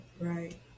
right